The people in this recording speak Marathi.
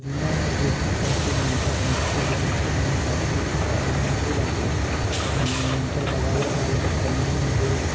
जुन्या गोष्टीसारखे नाटक नृत्यप्रदर्शन आणि सास्कृतिक कारेक्रम होऊ लागले आहेत आणि नंतर बघायला जाल तर पनवेलमध्ये